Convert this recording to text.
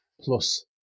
plus